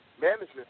management